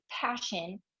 passion